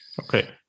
Okay